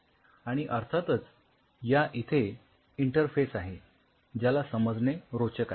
आणि अर्थातच या इथे इंटरफेस आहे ज्याला समजणे रोचक आहे